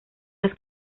las